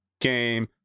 game